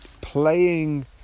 playing